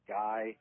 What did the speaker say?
guy